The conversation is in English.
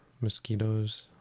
mosquitoes